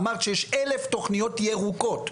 אמרת שיש 1,000 תוכניות ירוקות.